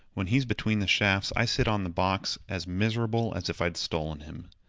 when he's between the shafts, i sit on the box as miserable as if i'd stolen him.